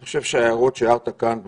אני חושב שהערות שהערת כאן בהקדמה,